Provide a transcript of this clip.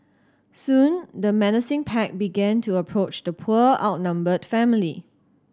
soon the menacing pack began to approach the poor outnumbered family